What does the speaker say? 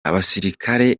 abasirikare